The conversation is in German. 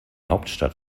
hauptstadt